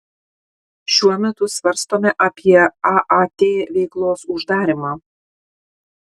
šiuo metu svarstome apie aat veiklos uždarymą